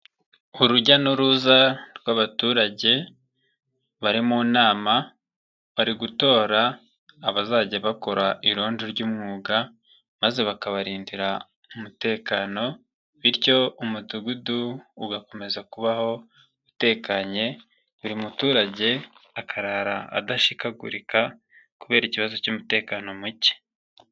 Urujya n'uruza rw'abaturage bari mu nama bari gutora abazajya bakora irondo ry'umwuga maze bakabarindira umutekano, bityo umudugudu ugakomeza kubaho utekanye, buri muturage akara adashikagurika kubera ikibazo cy'umutekano muke.